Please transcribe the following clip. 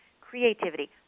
creativity